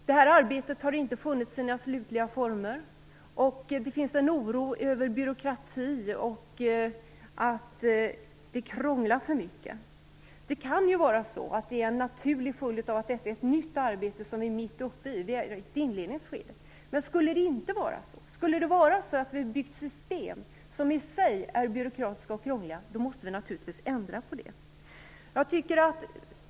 Det här arbetet har inte funnit sina slutliga former, och det finns en oro för byråkrati och krångel. Det kan ju vara en naturlig följd av att vi är mitt uppe i ett nytt arbete, ett inledningsskede. Om det inte är så, och om det skulle vara så att vi har byggt system som i sig är byråkratiska och krångliga, måste vi naturligtvis ändra på detta.